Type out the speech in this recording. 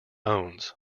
owns